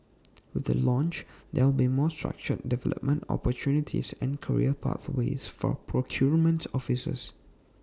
with the launch there will be more structured development opportunities and career pathways for procurement officers